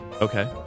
Okay